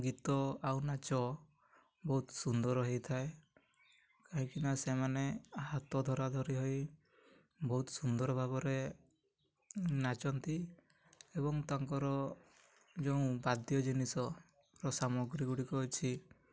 ଗୀତ ଆଉ ନାଚ ବହୁତ ସୁନ୍ଦର ହୋଇଥାଏ କାହିଁକିନା ସେମାନେ ହାତ ଧରା ଧରି ହୋଇ ବହୁତ ସୁନ୍ଦର ଭାବରେ ନାଚନ୍ତି ଏବଂ ତାଙ୍କର ଯେଉଁ ବାଦ୍ୟ ଜିନିଷର ସାମଗ୍ରୀ ଗୁଡ଼ିକ ଅଛି